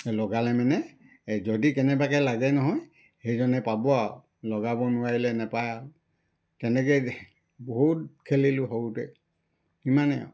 লগালে মানে এই যদি কেনেবাকৈ লাগে নহয় সেইজনে পাব আৰু লগাব নোৱাৰিলে নাপায় আৰু তেনেকৈয়ে বহুত খেলিলোঁ সৰুতে ইমানেই আৰু